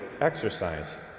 exercise